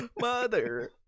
Mother